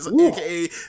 aka